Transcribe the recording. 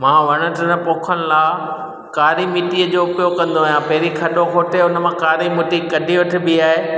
मां वण टिण पोखण लाइ कारी मिटीअ जो उप्योग कंदो आहियां पहिरीं खॾो खोदे हुन मां कारी मिटी कॾी हुते बिहाए